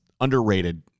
underrated